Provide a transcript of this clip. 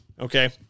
okay